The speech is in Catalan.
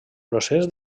procés